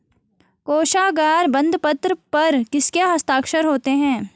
कोशागार बंदपत्र पर किसके हस्ताक्षर होते हैं?